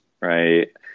right